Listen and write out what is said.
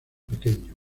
pequeño